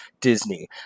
Disney